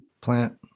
plant